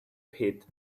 pit